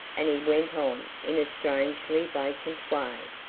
and he went on in a strangely vacant way.